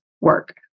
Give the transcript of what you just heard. work